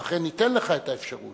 ואכן ניתן לך את האפשרות,